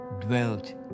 dwelt